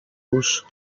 los